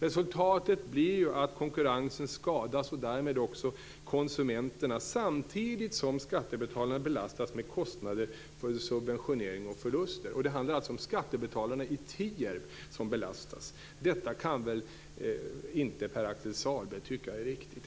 Resultatet blir att konkurrensen skadas, och därmed också konsumenterna, samtidigt som skattebetalare belastas med kostnader för subventionering och förluster. Det handlar alltså om skattebetalarna i Tierp! Det är de som belastas. Detta kan väl i alla fall inte Pär-Axel Sahlberg tycka är riktigt.